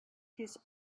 his